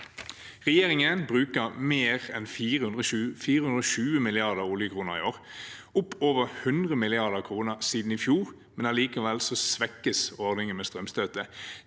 Regjeringen bruker mer enn 420 milliarder oljekroner i år, opp mer enn 100 mrd. kr siden i fjor, men allikevel svekkes ordningen med strømstøtte.